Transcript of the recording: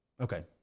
Okay